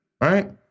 right